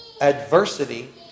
adversity